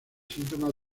síntomas